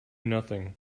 nothing